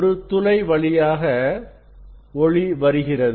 ஒரு துளை வழியாக ஒளி வருகிறது